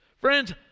Friends